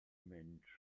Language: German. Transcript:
mensch